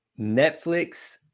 Netflix –